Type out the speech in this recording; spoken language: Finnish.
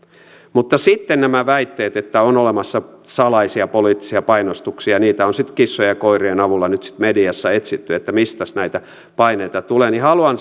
mutta sitten näistä väitteistä että on olemassa salaisia poliittisia painostuksia niitä on sitten kissojen ja koirien avulla nyt mediassa etsitty että mistäs näitä paineita tulee haluan